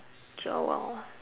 joel